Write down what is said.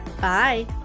Bye